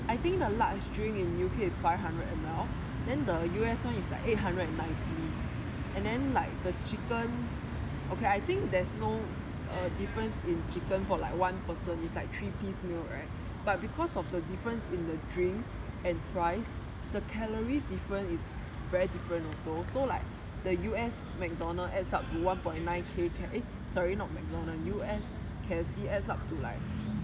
I think the large drink in U_K is five hundred M_L then the U_S one is like eight hundred and ninety and then like the chicken okay I think there's no err difference in chicken for like one person is like three piece meal right but because of the difference in the drink and fries the calories difference is very different also so like the U_S mcdonald adds up to one point nine K calories eh sorry not mcdonald U_S K_F_C adds up to like